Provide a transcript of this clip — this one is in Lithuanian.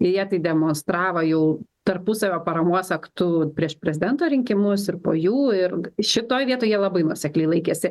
ir jie tai demonstravo jau tarpusavio paramos aktu prieš prezidento rinkimus ir po jų ir šitoj vietoj jie labai nuosekliai laikėsi